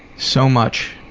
so much.